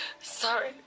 sorry